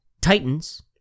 Titans